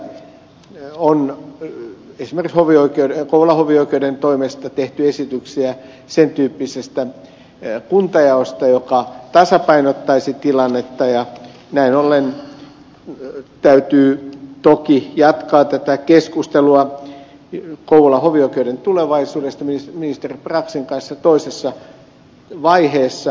kuitenkin tässä on esimerkiksi kouvolan hovioikeuden toimesta tehty esityksiä sen tyyppisestä kuntajaosta joka tasapainottaisi tilannetta ja näin ollen täytyy toki jatkaa tätä keskustelua kouvolan hovioikeuden tulevaisuudesta ministeri braxin kanssa toisessa vaiheessa